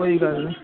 कोई गल्ल नीं